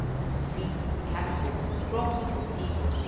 the streets of the capital were thronged with people,